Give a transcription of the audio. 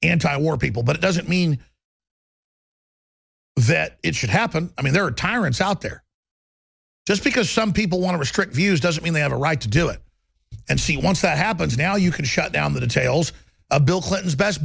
anti war people but it doesn't mean that it should happen i mean there are tyrants out there just because some people want to restrict views doesn't mean they have a right to do it and see once that happens now you can shut down the details of bill clinton's best